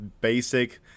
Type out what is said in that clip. basic